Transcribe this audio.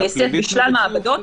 -- נעשית בשלל מעבדות,